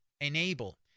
enable